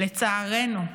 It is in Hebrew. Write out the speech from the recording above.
לצערנו,